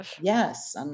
Yes